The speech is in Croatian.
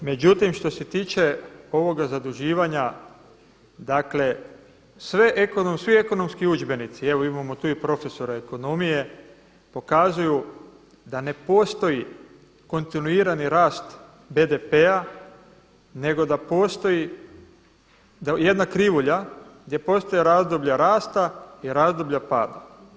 Međutim, što se tiče ovoga zaduživanja, dakle svi ekonomski udžbenici, evo imamo tu i profesora ekonomije, pokazuju da ne postoji kontinuirani rast BDP-a, nego da postoji, jedna krivulja gdje postoje razdoblja rasta i razdoblja pada.